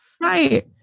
Right